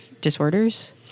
disorders